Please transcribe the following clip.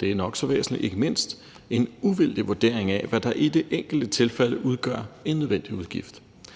det er nok så væsentligt – en uvildig vurdering af, hvad der i det enkelte tilfælde udgør en nødvendig udgift.